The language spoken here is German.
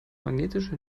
magnetische